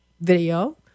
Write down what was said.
video